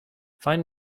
find